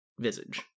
visage